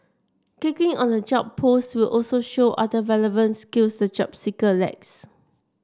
kicking on the job post will also show other relevant skills the job seeker lacks